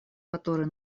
которые